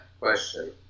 question